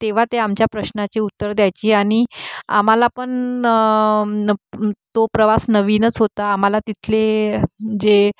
तेव्हा ते आमच्या प्रश्नाचे उत्तर द्यायची आणि आम्हाला पण तो प्रवास नवीनच होता आम्हाला तिथले जे